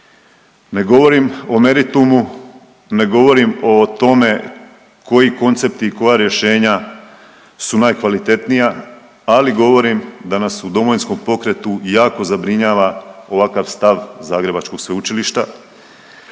Ne govorim o meritumu, ne govorim o tome koji koncepti i koja rješenja su najkvalitetnija, ali govorim da nas u Domovinskom pokretu jako zabrinjava ovakav stav zagrebačkog sveučilišta